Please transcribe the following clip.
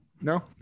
No